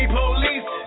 police